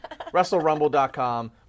WrestleRumble.com